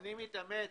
אני מתאמץ.